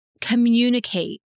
communicate